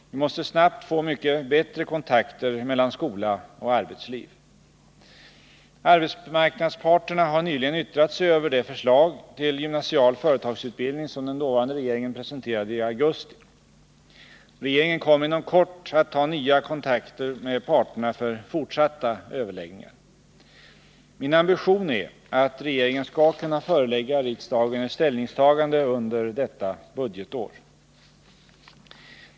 Vi måste snabbt få mycket bättre kontakter mellan skola och arbetsliv. Arbetsmarknadsparterna har nyligen yttrat sig över det förslag till gymnasial företagsutbildning som den dåvarande regeringen presenterade i augusti. Regeringen kommer inom kort att ta ny kontakt med parterna för fortsatta överläggningar. Min ambition är att regeringen skall kunna förelägga riksdagen ett ställningstagande under detta budgetår.